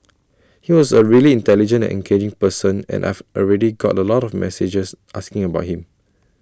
he was A really intelligent and engaging person and I've already got A lot of messages asking about him